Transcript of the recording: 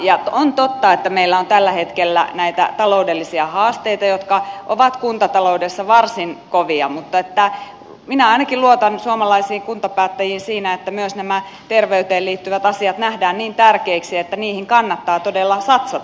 on totta että meillä on tällä hetkellä näitä taloudellisia haasteita jotka ovat kuntataloudessa varsin kovia mutta minä ainakin luotan suomalaisiin kuntapäättäjiin siinä että myös nämä terveyteen liittyvät asiat nähdään niin tärkeiksi että niihin kannattaa todella satsata